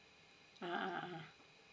ah ah ah